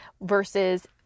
versus